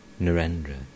Narendra